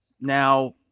now